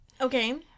Okay